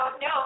no